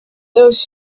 those